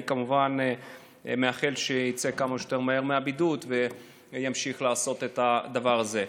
ואני כמובן מאחל שיצא כמה שיותר מהר מהבידוד וימשיך לעשות את הדבר הזה.